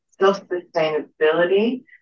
self-sustainability